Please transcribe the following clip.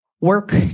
work